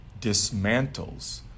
dismantles